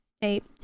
State